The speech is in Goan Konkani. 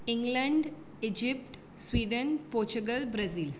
England Egypt Sweden Portugal Brazil